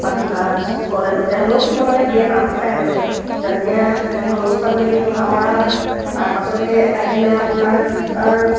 বা কিবা স্কুল কলেজতে হ'লেও কিছুমানে দিয়ে নাম চায় আৰু তেনেকৈ সেই অনুষ্ঠানভাগী সেইটো সামৰা হয় তাৰপাছতে আহিলে আপোনাৰ